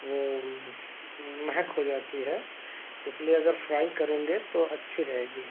वह महक हो जाती है इसलिए अगर फ्राई करेंगे तो अच्छी रहेगी